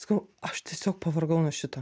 sakau aš tiesiog pavargau nuo šito